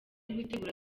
gutegura